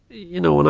you know, and